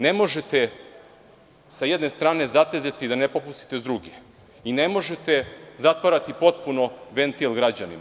Ne možete, sa jedne strane, zatezati dok ne popustite sa druge i ne možete zatvarati potpuno ventil građanima.